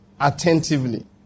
attentively